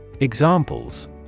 Examples